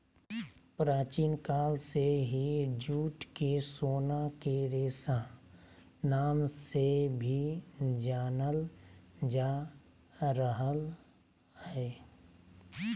प्राचीन काल से ही जूट के सोना के रेशा नाम से भी जानल जा रहल हय